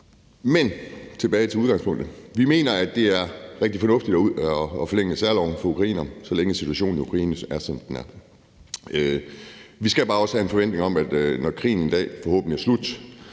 Men tilbage til udgangspunktet. Vi mener, at det er rigtig fornuftigt at forlænge særloven for ukrainere, så længe situationen i Ukraine er, som den er. Vi skal bare også have en forventning om, at når krigen en dag forhåbentlig er slut,